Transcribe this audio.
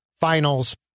Finals